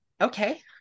okay